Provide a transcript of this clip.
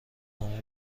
نامه